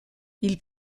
ils